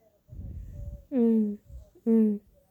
mm mm